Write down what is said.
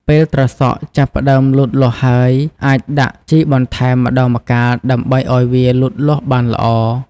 ពេលត្រសក់ចាប់ផ្តើមលូតលាស់ហើយ អាចដាក់ជីបន្ថែមម្តងម្កាលដើម្បីឲ្យវាលូតលាស់បានល្អ។